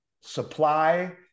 supply